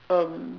um